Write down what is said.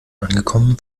angekommen